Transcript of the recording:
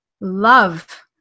love